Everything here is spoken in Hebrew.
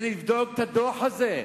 ולבדוק את הדוח הזה.